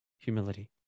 Humility